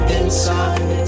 inside